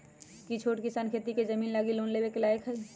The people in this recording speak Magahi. कि छोट किसान खेती के जमीन लागी लोन लेवे के लायक हई?